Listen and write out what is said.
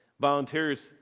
Volunteers